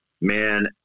man